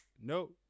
no